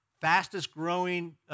fastest-growing